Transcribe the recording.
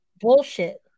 Bullshit